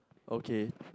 okay